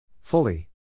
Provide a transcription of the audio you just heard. Fully